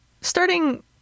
starting